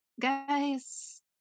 guys